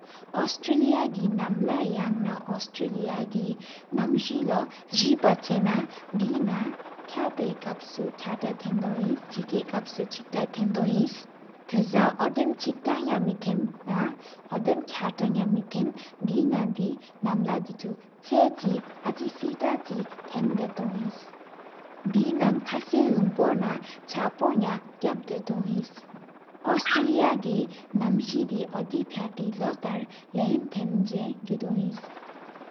ཨཱོསཊྲེལིཡ་གི་ནམ་ལ་ཡ་ནཱ་ཨཱོསཊྲེལིཡ་གི་ནམ་སེ། ལོ་བཞི་པ་ཆེ་ན་དེ་ན་ཁག་པའི་ཁབ་སུ། ཁ་ཐག་ཐེན་དོ་ཨིན་ཆེ་དཀའ་ཁབ་སུ་ཅི་གཏའ་དེན་སོ། དེ་སངས་ཨོ་དེམ་ཅི་གཏའ་ཡ་མེ་དེན་ཐང་ཨོ་དེམ། ཁ་ཐ་ཡ་མེ་དེན་དེ་ན་ནམ་ལ་དི་ཆུ་ཆག་གཅིག། ཨ་ཅི་སེ་ཐ་ཅི་གཏའ་དེན་ད་ཏོ་ཨིནས། དེ་ནག་ཁ་ཤ་ལུང་པོ་ན་ཆ་ཕ་ཡ། ཁབ་ད་ཏོའི་ཨིནསཨཱོསཊྲེལིཡ་གི་ནམ་སེ་དི་ཨོ་དེ་པྲ་ཕ། ཏར་ལམ་ཐེན་ཟེན་གུ་དོ་ཨིནས།